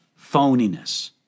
phoniness